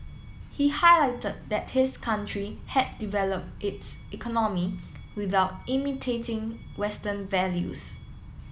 he highlight that his country had developed its economy without imitating Western values